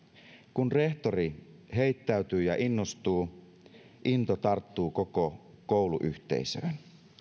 kun rehtori heittäytyy ja innostuu into tarttuu koko kouluyhteisöön